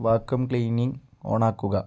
vacuum cleaning ഓണാക്കുക